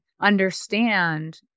understand